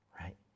right